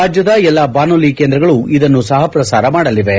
ರಾಜ್ಲದ ಎಲ್ಲಾ ಬಾನುಲಿ ಕೇಂದ್ರಗಳು ಇದನ್ನು ಸಹಪ್ರಸಾರ ಮಾಡಲಿವೆ